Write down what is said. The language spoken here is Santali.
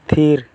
ᱛᱷᱤᱨ